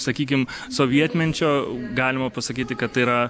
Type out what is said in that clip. sakykim sovietmečio galima pasakyti kad tai yra